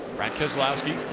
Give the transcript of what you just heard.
brad keselowski,